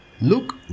look